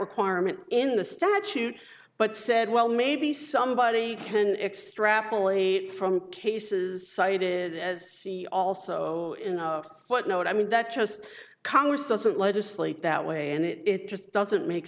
requirement in the statute but said well maybe somebody can extrapolate from cases cited as she also in a footnote i mean that just congress doesn't legislate that way and it just doesn't make